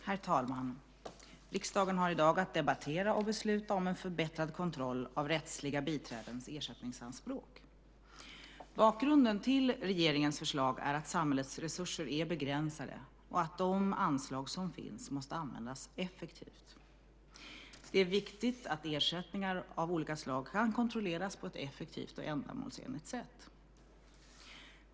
Herr talman! Riksdagen har i dag att debattera och besluta om en förbättrad kontroll av rättsliga biträdens ersättningsanspråk. Bakgrunden till regeringens förslag är att samhällets resurser är begränsade och att de anslag som finns måste användas effektivt. Det är viktigt att ersättningar av olika slag kan kontrolleras på ett effektivt och ändamålsenligt sätt.